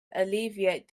alleviate